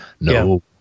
No